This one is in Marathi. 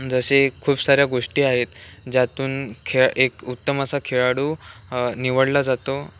जसे खूप साऱ्या गोष्टी आहेत ज्यातून खेळ एक उत्तम असा खेळाडू निवडला जातो